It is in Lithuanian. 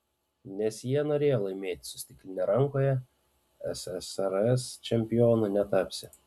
nes jie norėjo laimėti su stikline rankoje ssrs čempionu netapsi